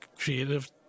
Creative